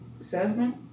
seven